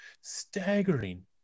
staggering